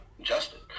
Justin